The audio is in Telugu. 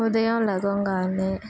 ఉదయం లేవగానే